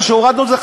ברגע שהורדנו את זה,